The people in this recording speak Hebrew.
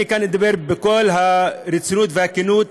אני כאן אדבר בכל הרצינות והכנות.